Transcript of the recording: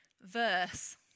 verse